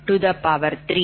03788